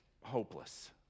hopeless